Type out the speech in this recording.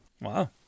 Wow